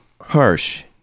Harsh